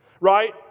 right